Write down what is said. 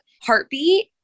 heartbeat